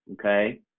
okay